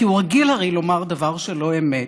כי הוא הרי רגיל לומר דבר שלא אמת.